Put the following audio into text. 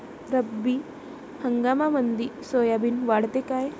रब्बी हंगामामंदी सोयाबीन वाढते काय?